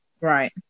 Right